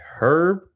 herb